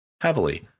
heavily